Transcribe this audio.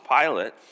Pilate